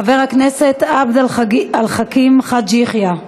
חבר הכנסת עבד אל חכים חאג' יחיא,